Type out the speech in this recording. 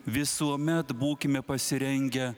visuomet būkime pasirengę